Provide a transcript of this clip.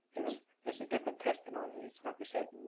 it's it's a different testimony. it's not the same.